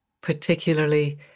particularly